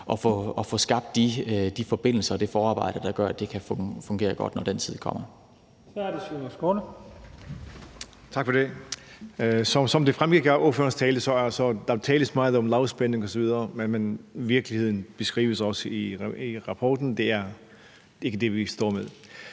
og få skabt de forbindelser og det forarbejde, der gør, at det kan fungere godt, når den tid kommer.